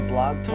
Blog